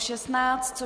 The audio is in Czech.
16.